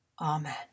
Amen